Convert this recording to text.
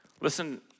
Listen